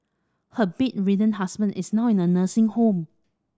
her bedridden husband is in a nursing home